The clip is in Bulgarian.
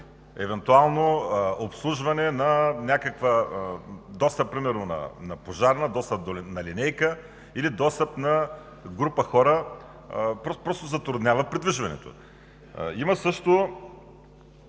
евентуално обслужване на някакъв достъп – примерно на пожарна, на линейка или група хора, просто затруднява придвижването. Има също